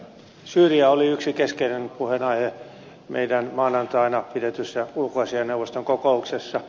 syyria oli yksi keskeinen puheenaihe meidän maanantaina pidetyssä ulkoasiainneuvoston kokouksessa